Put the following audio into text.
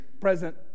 present